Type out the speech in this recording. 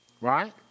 Right